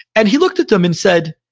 and he looked at them and said,